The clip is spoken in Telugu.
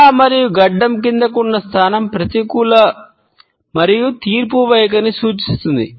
తల మరియు గడ్డం కిందకు ఉన్న స్థానం ప్రతికూల మరియు తీర్పు వైఖరిని సూచిస్తుంది